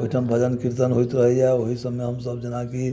ओहिठाम भजन कीर्तन होइत रहैए ओहीसभमे हमसभ जेनाकि